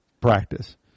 practice